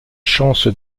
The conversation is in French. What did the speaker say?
chances